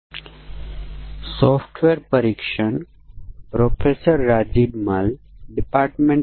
આ સત્રમાં આપનું સ્વાગત છે